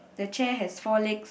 the chair has four legs